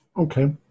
Okay